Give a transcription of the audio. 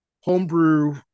homebrew